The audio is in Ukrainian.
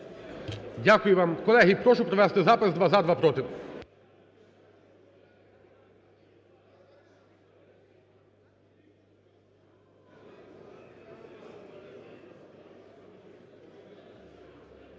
Дякую вам. Колеги, прошу провести запис: два – за, два – проти.